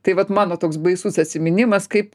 tai vat mano toks baisus atsiminimas kaip